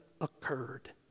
occurred